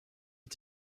you